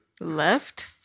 Left